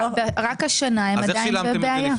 רק השנה הם עדיין בבעיה.